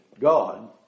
God